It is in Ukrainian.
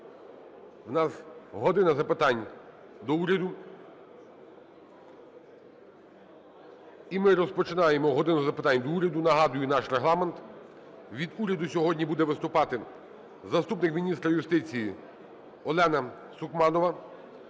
в нас "година запитань до Уряду". І ми розпочинаємо "годину запитань до Уряду", нагадую наш регламент. Від уряду сьогодні буде виступати заступник міністра юстиції Олена Сукманова,